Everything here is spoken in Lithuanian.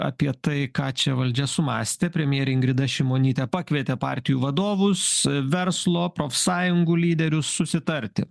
apie tai ką čia valdžia sumąstė premjerė ingrida šimonytė pakvietė partijų vadovus verslo profsąjungų lyderius susitarti